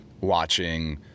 watching